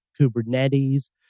Kubernetes